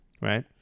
Right